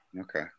okay